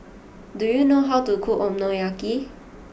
do you know how to cook Okonomiyaki